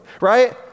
right